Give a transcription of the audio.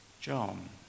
John